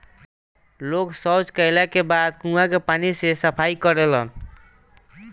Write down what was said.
लोग सॉच कैला के बाद कुओं के पानी से सफाई करेलन